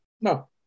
No